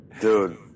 dude